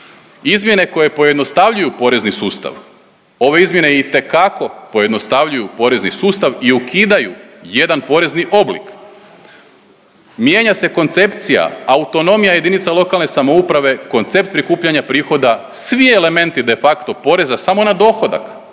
Izmjene koje pojednostavljuju porezni sustav, ove izmjene itekako pojednostavljuju porezni sustav i ukidaju jedan porezni oblik. Mijenja se koncepcija, autonomija jedinica lokalne samouprave, koncept prikupljanja prihoda, svi elementi de facto poreza, samo na dohodak,